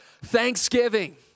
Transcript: thanksgiving